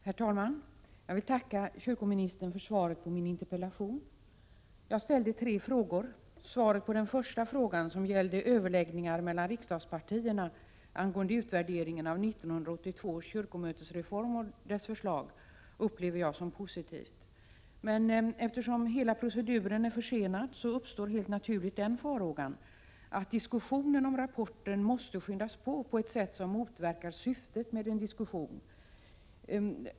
Herr talman! Jag vill tacka kyrkoministern för svaret på min interpellation. Jag ställde tre frågor. Svaret på den första frågan, som gällde överläggningar mellan riksdagspartierna angående utvärderingen av 1982 års kyrkomötesreform och förslagen därvidlag upplever jag som positivt. Men eftersom hela proceduren är försenad uppstår helt naturligt farhågan för att diskussionen om rapporten måste påskyndas på ett sätt som motverkar syftet med en diskussion.